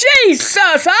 Jesus